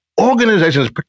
Organizations